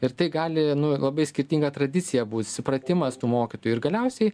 ir tai gali labai skirtinga tradicija būt supratimas tų mokytojų ir galiausiai